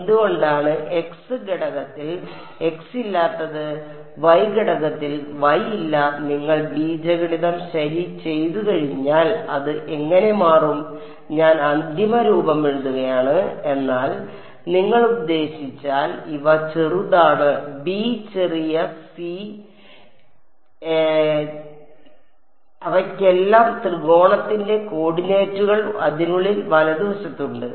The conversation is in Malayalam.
എന്തുകൊണ്ടാണ് x ഘടകത്തിൽ x ഇല്ലാത്തത് y ഘടകത്തിൽ y ഇല്ല നിങ്ങൾ ബീജഗണിതം ശരി ചെയ്തുകഴിഞ്ഞാൽ അത് എങ്ങനെ മാറും ഞാൻ അന്തിമ രൂപം എഴുതുകയാണ് എന്നാൽ നിങ്ങൾ ഉദ്ദേശിച്ചാൽ ഇവ ചെറുതാണ് b ചെറിയ c അവയ്ക്കെല്ലാം ത്രികോണത്തിന്റെ കോർഡിനേറ്റുകൾ അതിനുള്ളിൽ വലതുവശത്തുണ്ട്